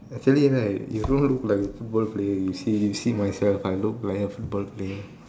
actually right you don't look like a football player you see you see myself I look like a football player